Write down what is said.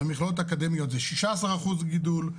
במכללות האקדמיות זה 16% גידול,